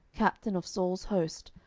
captain of saul's host,